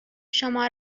شما